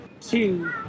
two